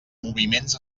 moviments